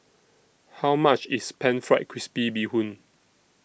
How much IS Pan Fried Crispy Bee Hoon